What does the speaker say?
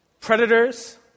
predators